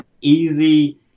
easy